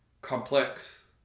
Complex